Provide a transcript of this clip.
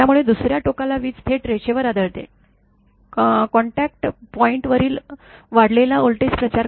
त्यामुळे दुस या टोकाला वीज थेट रेषेवर आदळते कॉन्टॅक्ट पॉइंटवरील वाढलेला व्होल्टेज प्रचार करतो